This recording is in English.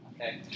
Okay